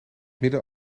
midden